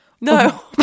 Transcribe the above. No